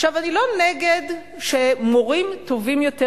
אני לא נגד תגמול של מורים טובים יותר,